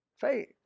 faith